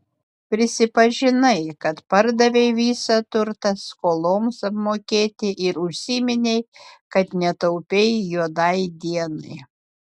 prisipažinai kad pardavei visą turtą skoloms apmokėti ir užsiminei kad netaupei juodai dienai